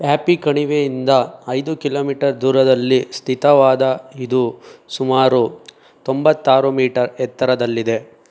happy ಕಣಿವೆಯಿಂದ ಐದು kilometre ದೂರದಲ್ಲಿ ಸ್ಥಿತವಾದ ಇದು ಸುಮಾರು ತೊಂಬತ್ತಾರು ಮೀಟರ್ ಎತ್ತರದಲ್ಲಿದೆ